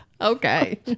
Okay